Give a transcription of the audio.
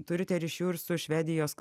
turite ryšių ir su švedijos